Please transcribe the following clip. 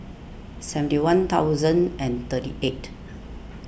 seventy one thousand and thirty eight